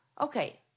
okay